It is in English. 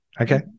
Okay